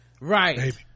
Right